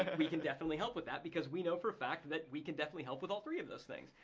and we can definitely help with that because we know for a fact that we can definitely help with all three of those things.